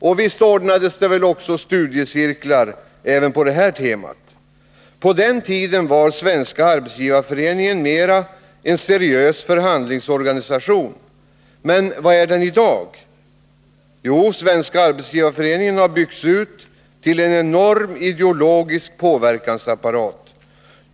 Och visst ordnades det väl också studiecirklar även på det temat. På den tiden var Svenska arbetsgivareföreningen mera en seriös förhandlingsorganisation. Men vad är den i dag? Jo, SAF har byggts ut till en enorm ideologisk påverkansapparat.